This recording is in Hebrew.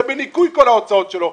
זה בניכוי כל ההוצאות שלו.